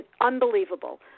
unbelievable